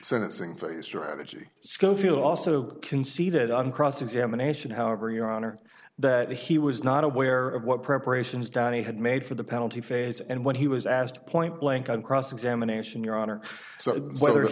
sentencing phase strategy scofield also conceded on cross examination however your honor that he was not aware of what preparations danny had made for the penalty phase and when he was asked point blank on cross examination your honor so whether it's